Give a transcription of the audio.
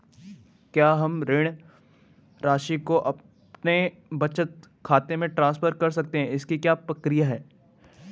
क्या हम ऋण राशि को अपने बचत खाते में ट्रांसफर कर सकते हैं इसकी क्या प्रक्रिया है?